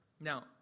Now